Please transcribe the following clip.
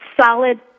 solid